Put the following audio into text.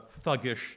thuggish